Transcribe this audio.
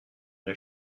une